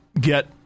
get